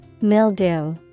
mildew